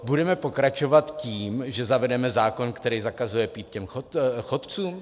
Budeme pokračovat tím, že zavedeme zákon, který zakazuje pít chodcům?